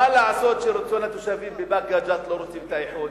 מה לעשות שהתושבים בבאקה ג'ת לא רוצים את האיחוד?